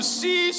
see